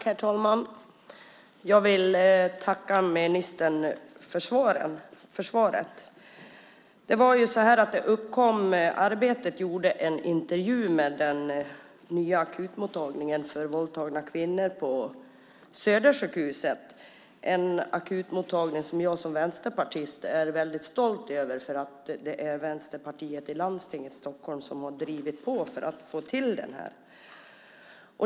Herr talman! Jag vill tacka ministern för svaret. Tidningen Arbetaren gjorde en intervju med en representant för den nya akutmottagningen för våldtagna kvinnor på Södersjukhuset, en akutmottagning som jag som vänsterpartist är väldigt stolt över, för det är Vänsterpartiet i Landstinget i Stockholms län som har drivit på för att få till den.